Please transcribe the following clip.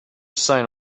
sign